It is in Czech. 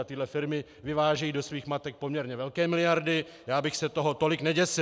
Tyhle firmy vyvážejí do svých matek poměrně velké miliardy, já bych se toho tolik neděsil.